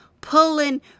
pulling